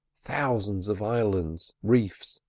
thousands of islands, reefs,